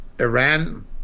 Iran